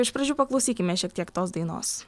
iš pradžių paklausykime šiek tiek tos dainos